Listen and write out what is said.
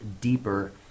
deeper